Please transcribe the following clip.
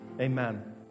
Amen